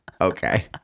Okay